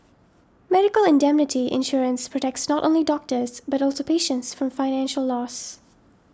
medical indemnity insurance protects not only doctors but also patients from financial loss